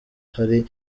hari